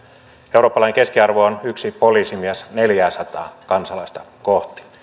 eurooppalainen keskiarvo on yksi poliisimies neljääsataa kansalaista kohti